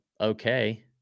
okay